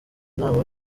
inama